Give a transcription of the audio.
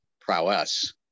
prowess